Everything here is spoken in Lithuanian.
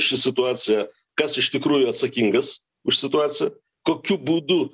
ši situacija kas iš tikrųjų atsakingas už situaciją kokiu būdu